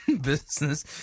Business